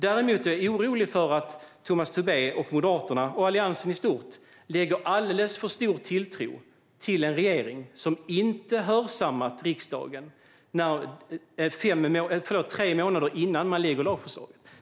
Däremot är jag orolig för att Tomas Tobé och Moderaterna, och Alliansen i stort, lägger alldeles för stor tilltro till en regering som inte hörsammat vad riksdagen har framfört tre månader innan man lägger fram lagförslaget.